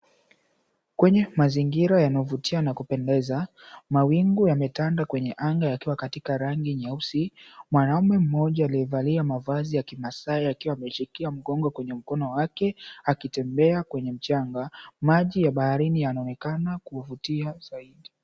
Kwenye mazingira yanayovutia na kupendeza, mawingu yametanda kwenye anga yakiwa katika rangi nyeusi. Mwanamume mmoja aliyevalia mavazi ya kimasai akiwa ameshikia mgongo kwenye mkono wake, akitembea kwenye mchanga. Maji ya baharini yanaonekana kuvutia zaidi.